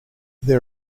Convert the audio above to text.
there